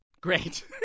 Great